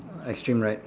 uh extreme right